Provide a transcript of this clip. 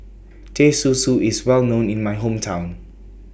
Teh Susu IS Well known in My Hometown